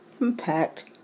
impact